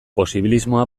posibilismoa